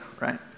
right